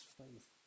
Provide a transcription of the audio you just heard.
faith